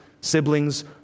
siblings